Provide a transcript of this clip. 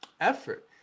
effort